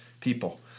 people